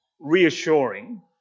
reassuring